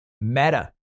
Meta